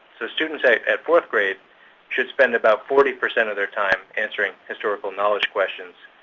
so students at at fourth grade should spend about forty percent of their time answering historical knowledge questions,